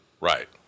right